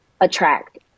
attract